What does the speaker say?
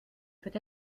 peut